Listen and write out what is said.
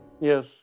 yes